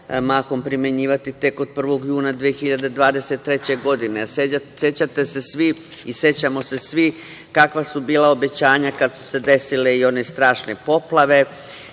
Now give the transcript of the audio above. mahom primenjivati tek od 1. juna 2023. godine.Sećate se svi i sećamo se svi kakva su bila obećanja kada su se desile i one strašne poplave